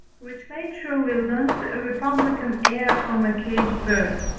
which naturally learnt a republican air from a caged bird.